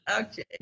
Okay